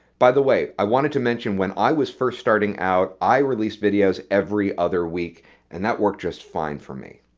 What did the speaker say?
by the way, i wanted to mention when i was starting out i released videos every other week and that worked just fine for me.